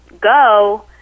go